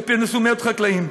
שפרנסו מאות חקלאים,